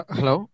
Hello